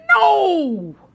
No